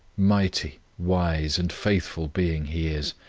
mighty, wise, and faithful being he is,